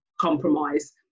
compromise